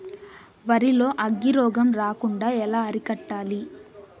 వరి లో అగ్గి రోగం రాకుండా ఎలా అరికట్టాలి?